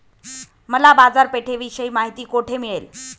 मला बाजारपेठेविषयी माहिती कोठे मिळेल?